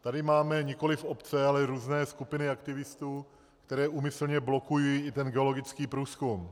Tady máme nikoliv obce, ale různé skupiny aktivistů, které úmyslně blokují i geologický průzkum.